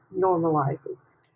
normalizes